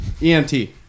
EMT